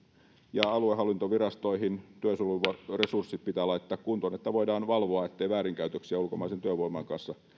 ja aluehallintovirastoihin työsuojeluresurssit pitää laittaa kuntoon niin että voidaan valvoa ettei väärinkäytöksiä ulkomaisen työvoiman kanssa